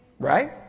Right